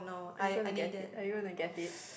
I'm gonna get it are you gonna get it